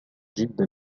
جدا